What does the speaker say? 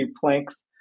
planks